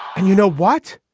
and you know what?